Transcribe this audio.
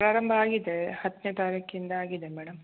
ಪ್ರಾರಂಭ ಆಗಿದೆ ಹತ್ತನೇ ತಾರೀಖಿಂದ ಆಗಿದೆ ಮೇಡಮ್